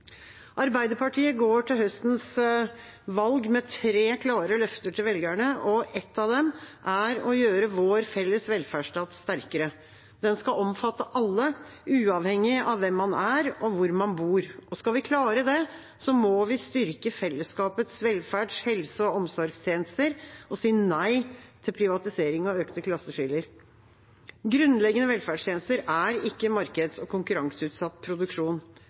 Arbeiderpartiet går til høstens valg med tre klare løfter til velgerne. Ett av dem er å gjøre vår felles velferdsstat sterkere. Den skal omfatte alle, uavhengig av hvem man er, og hvor man bor. Skal vi klare det, må vi styrke fellesskapets velferds-, helse- og omsorgstjenester og si nei til privatisering og økte klasseskiller. Grunnleggende velferdstjenester er ikke markeds- og konkurranseutsatt produksjon.